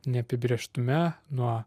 neapibrėžtume nuo